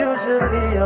Usually